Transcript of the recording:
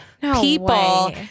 people